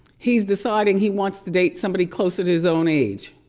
he's deciding he wants to date somebody closer to his own age.